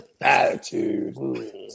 Attitude